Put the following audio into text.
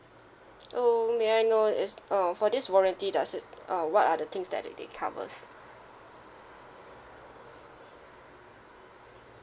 oh may I know is um for this warranty does this uh what are the things that it it covers